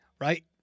Right